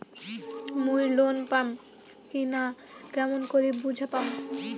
মুই লোন পাম কি না কেমন করি বুঝা পাম?